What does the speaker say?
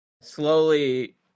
slowly